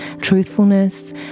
truthfulness